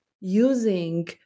using